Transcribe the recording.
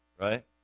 right